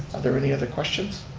are there any other questions?